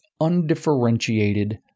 undifferentiated